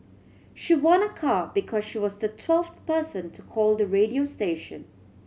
she won a car because she was the twelfth person to call the radio station